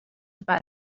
about